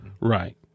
Right